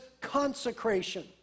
consecration